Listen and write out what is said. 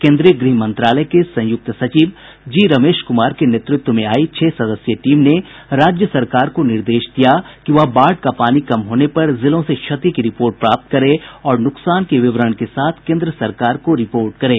केन्द्रीय गृह मंत्रालय के संयुक्त सचिव जी रमेश क्मार के नेतृत्व में आयी छह सदस्यीय टीम ने राज्य सरकार को निर्देश दिया कि वह बाढ़ का पानी कम होने पर जिलों से क्षति की रिपोर्ट प्राप्त करे और नुकसान के विवरण के साथ केन्द्र सरकार को रिपोर्ट करे